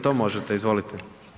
To možete, izvolite.